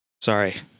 sorry